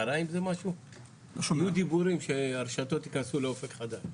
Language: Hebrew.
היו דיבורים שהרשתות ייכנסו לאופק חדש.